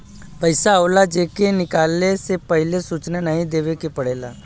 पइसा होला जे के निकाले से पहिले सूचना नाही देवे के पड़ेला